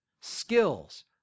skills